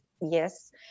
Yes